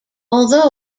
although